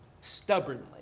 stubbornly